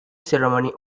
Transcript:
ceremony